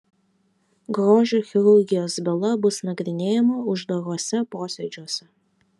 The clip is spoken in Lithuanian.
grožio chirurgijos byla bus nagrinėjama uždaruose posėdžiuose